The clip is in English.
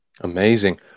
Amazing